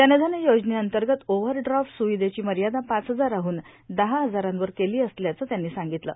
जनधन योजनेअंतर्गत ओव्हरड्राफ्ट स्रविधेची मर्यादा पाच हजारांदून दहा हजारांवर केली असल्याचं त्यांनी सांगितलं